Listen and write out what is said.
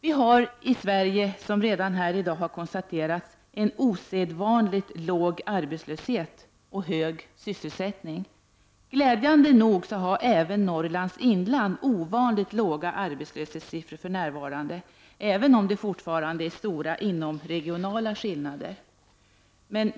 Vi har i Sverige, vilket redan konstaterats, en osedvanligt låg arbetslöshet och hög sysselsättning. Glädjande nog har även Norrlands inland ovanligt låga arbetslöshetssiffror för närvarande, även om det fortfarande finns stora inomregionala skillnader.